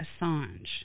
Assange